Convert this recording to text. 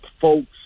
folks